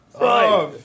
Right